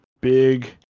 big